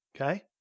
Okay